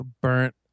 burnt